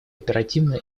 оперативно